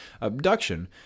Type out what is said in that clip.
abduction